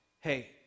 hey